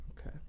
Okay